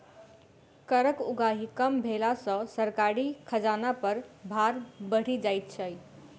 करक उगाही कम भेला सॅ सरकारी खजाना पर भार बढ़ि जाइत छै